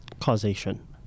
causation